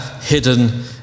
hidden